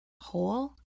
whole